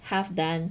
half done